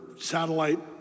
satellite